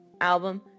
album